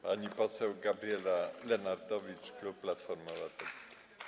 Pani poseł Gabriela Lenartowicz, klub Platformy Obywatelskiej.